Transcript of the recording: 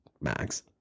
Max